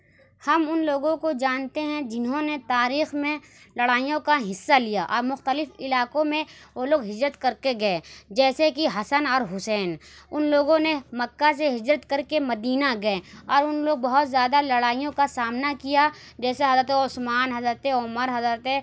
ہم اُن لوگوں کو جانتے ہیں جنہوں نے تاریخ میں لڑائیوں کا حصّہ لیا اور مختلف علاقوں میں وہ لوگ ہجرت کر کے گیے جیسے کہ حسن اور حُسین اُن لوگوں نے مکّہ سے ہجرت کر کے مدینہ گیے اور اُن لوگ بہت زیادہ لڑائیوں کا سامنا کیا جیسے حضرتِ عثمان حضرتِ عمر حضرتِ